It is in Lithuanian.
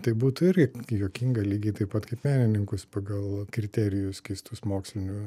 tai būtų irgi juokinga lygiai taip pat kaip menininkus pagal kriterijus keistus mokslinius